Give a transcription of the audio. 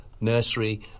nursery